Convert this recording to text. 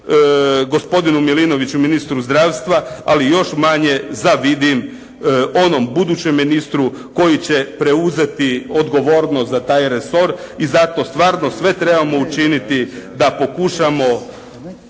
gospodinu Milinoviću ministru zdravstva, ali još manje zavidim onom budućem ministru koji će preuzeti odgovornost za taj resor i zato stvarno sve trebamo učiniti da pokušamo